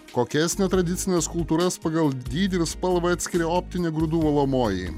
kokias netradicines kultūras pagal dydį ir spalvą atskiria optinė grūdų valomoji